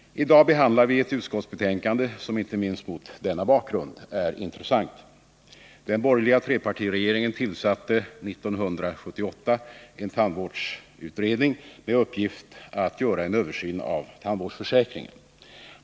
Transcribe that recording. I dag behandlar vi ett utskottsbetänkande, som inte minst mot denna bakgrund är intressant. Den borgerliga trepartiregeringen tillsatte 1978 en tandvårdsutredning med uppgift att göra en översyn av tandvårdsförsäkringen.